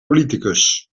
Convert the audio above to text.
politicus